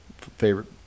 favorite